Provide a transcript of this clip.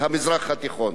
תודה.